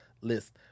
list